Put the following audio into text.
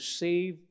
save